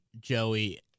Joey